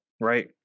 right